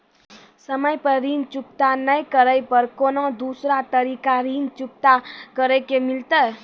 समय पर ऋण चुकता नै करे पर कोनो दूसरा तरीका ऋण चुकता करे के मिलतै?